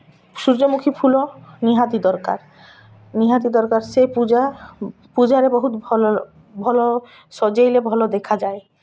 ସୂର୍ଯ୍ୟମୁଖୀ ଫୁଲ ନିହାତି ଦରକାର ନିହାତି ଦରକାର ସେ ପୂଜା ପୂଜାରେ ବହୁତ ଭଲ ଭଲ ସଜାଇଲେ ଭଲ ଦେଖାଯାଏ